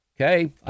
Okay